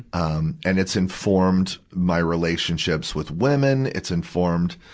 um and it's informed my relationships with women, it's informed,